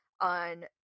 on